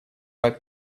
might